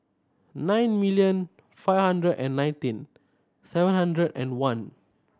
nine million five hundred and nineteen seven hundred and one